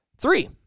Three